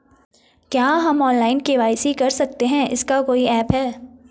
क्या हम online KYC कर सकते हैं इसका कोई ऐप है?